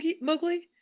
mowgli